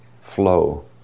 flow